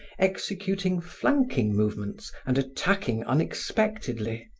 executing flanking movements and attacking unexpectedly,